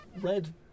red